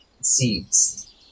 seeds